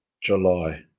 july